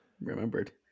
remembered